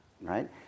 right